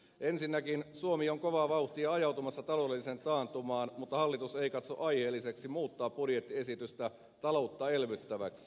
ensinnäkin suomi on kovaa vauhtia ajautumassa taloudelliseen taantumaan mutta hallitus ei katso aiheelliseksi muuttaa budjettiesitystä taloutta elvyttäväksi